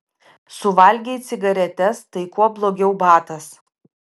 suvalgei cigaretes tai kuo blogiau batas